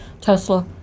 Tesla